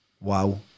wow